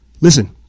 Listen